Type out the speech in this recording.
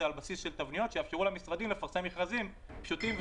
לבסיס של תבניות שיאפשרו למשרדים לפרסם מכרזים פשוטים,